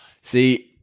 see